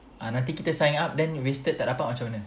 ah nanti kita sign up then wasted tak dapat macam mana